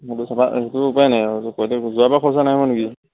সেইটো উপায় নাই আৰু যোৱাবাৰ খৰচা নাই হোৱা নেকি